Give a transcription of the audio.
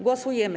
Głosujemy.